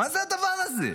מה זה הדבר הזה?